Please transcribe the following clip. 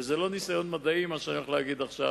וזה לא ניסיון מדעי מה שאני הולך להגיד עכשיו,